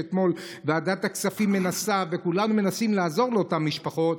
ואתמול ועדת הכספים מנסה וכולנו מנסים לעזור לאותן משפחות,